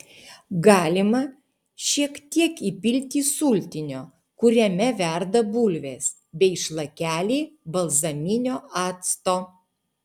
galima šiek tiek įpilti sultinio kuriame verda bulvės bei šlakelį balzaminio acto